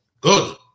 Good